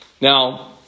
Now